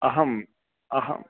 अहम् अहं